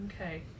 Okay